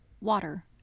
water